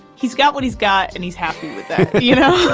he's got what he's got and he's happy with that you know,